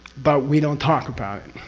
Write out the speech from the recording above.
but we don't talk about it.